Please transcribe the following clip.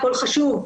הכול חשוב,